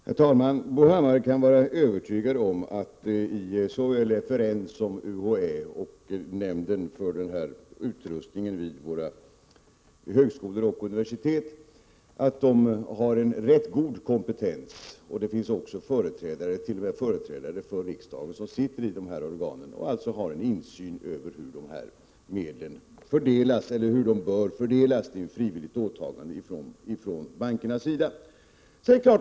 Herr talman! Bo Hammar kan vara övertygad om att såväl FRN och UHÄ som utrustningsnämnden för universitet och högskolor har rätt god kompetens. I dessa organ sitter också företrädare för riksdagen, och de har alltså en insyn över hur medlen fördelas och hur de bör fördelas. Det är ju ett frivilligt åtagande från bankernas sida.